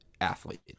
athlete